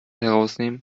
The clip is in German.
herausnehmen